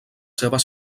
seves